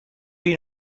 been